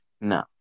No